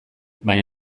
baina